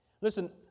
Listen